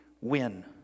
win